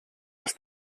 dass